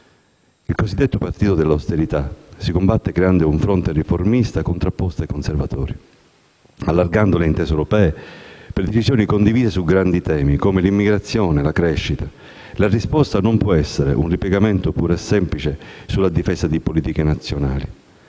Il cosiddetto partito dell'austerità si combatte creando un fronte riformista contrapposto ai conservatori, allargando le intese europee per decisioni condivise su grandi temi come l'immigrazione e la crescita. La risposta non può essere un ripiegamento puro e semplice sulla difesa delle politiche nazionali,